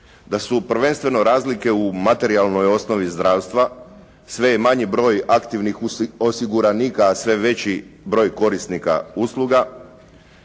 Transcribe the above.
da su prvenstveno razlike u materijalnoj osnovi zdravstva. Sve je manji broj aktivnih osiguranika, a sve veći broj korisnika usluga.